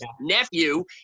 nephew